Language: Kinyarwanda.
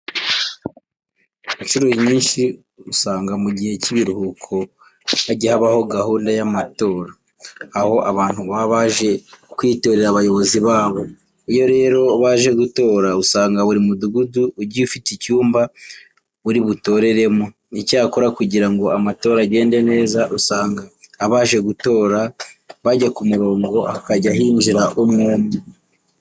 Incuro nyinshi usanga mu gihe cy'ibiruhuko hajya habaho gahunda y'amatora, aho abantu baba baje kwitorera abayobozi babo. Iyo rero baje gutora usanga buri mudugudu ugiye ufite icyumba uri butoreremo. Icyakora kugira ngo amatora agende neza, usanga abaje gutora bajya ku murongo hakajya hinjira umwe umwe.